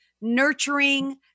nurturing